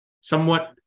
somewhat